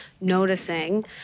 noticing